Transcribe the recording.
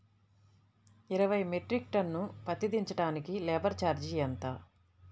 ఇరవై metric ton పత్తి దించటానికి లేబర్ ఛార్జీ ఎంత?